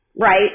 right